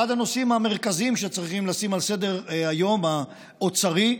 אחד הנושאים המרכזיים שצריכים לשים על סדר-היום האוצרי,